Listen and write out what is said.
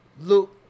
look